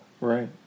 Right